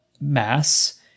mass